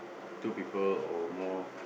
two people or more